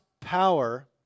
power